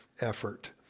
effort